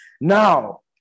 now